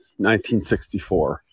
1964